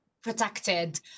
protected